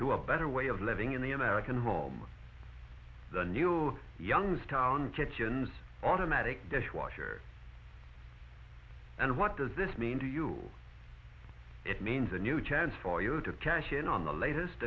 to a better way of living in the american home the new youngstown kitchens automatic dishwasher and what does this mean to you it means a new chance for you to cash in on the latest